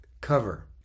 cover